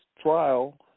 trial